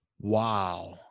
Wow